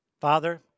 Father